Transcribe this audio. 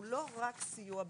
הוא לא רק סיוע במזון.